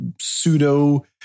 pseudo